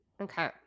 Okay